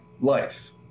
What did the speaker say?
life